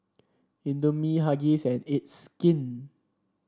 Indomie Huggies and It's Skin